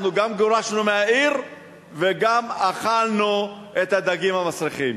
אנחנו גם גורשנו מהעיר וגם אכלנו את הדגים המסריחים.